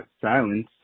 silence